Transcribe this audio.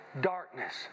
darkness